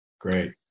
Great